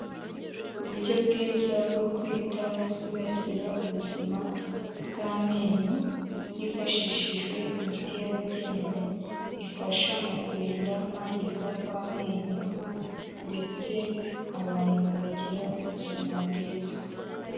Uburyo bwiza bwo kwita no gusigasira ubuzima bw'amenyo, hifashishijwe imiti yabigenewe, ifasha mu kurinda kwangirika kw'amenyo ndetse abantu bakagira ubuzima bwiza.